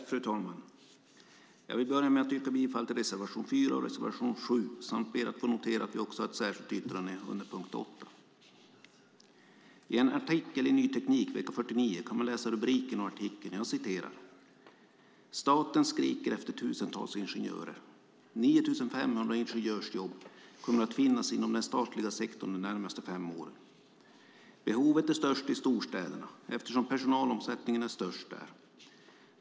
Fru talman! Jag vill börja med att yrka bifall till reservationerna 4 och 7 samt ber att få notera att vi också har ett särskilt yttrande under punkt 8. I en artikel i Ny Teknik vecka 49 kan man under rubriken "Staten skriker efter tusentals ingenjörer" läsa: "9 500 ingenjörsjobb kommer att finnas inom den statliga sektorn de närmaste fem åren. Behovet är störst i storstäderna, eftersom personalomsättningen är störst där.